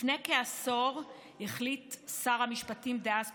לפני כעשור החליט שר המשפטים דאז פרופ'